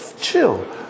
chill